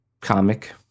comic